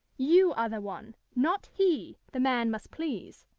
you are the one, not he, the man must please